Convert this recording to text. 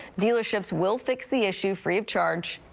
dealerships will fix the issue free of charge.